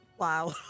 wow